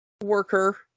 worker